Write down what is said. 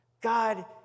God